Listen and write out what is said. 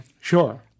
Sure